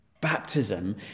baptism